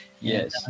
Yes